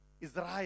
israel